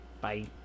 Bye